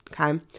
Okay